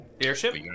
airship